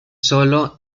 solo